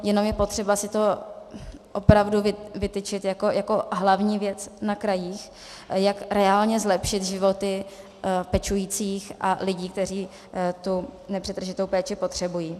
Jenom je potřeba si to opravdu vytyčit jako hlavní věc na krajích, jak reálně zlepšit životy pečujících a lidí, kteří tu nepřetržitou péči potřebují.